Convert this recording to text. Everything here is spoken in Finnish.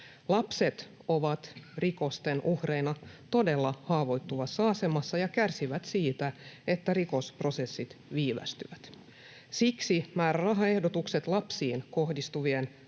Lapset ovat rikosten uhreina todella haavoittuvassa asemassa ja kärsivät siitä, että rikosprosessit viivästyivät. Siksi määrärahaehdotukset lapsiin kohdistuvien